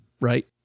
right